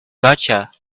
gotcha